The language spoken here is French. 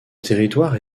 territoire